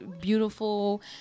beautiful